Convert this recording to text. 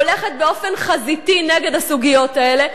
הולכת באופן חזיתי נגד הסוגיות האלה,